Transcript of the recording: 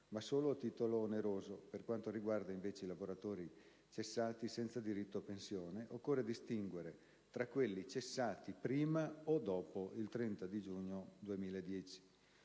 ma solo a titolo oneroso. Per quanto riguarda, invece, i lavoratori cessati senza diritto a pensione, occorre distinguere tra quelli cessati prima o dopo il 30 giugno 2010.